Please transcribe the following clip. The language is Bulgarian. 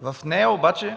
В нея обаче,